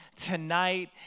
tonight